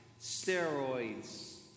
steroids